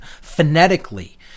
phonetically